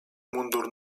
mundur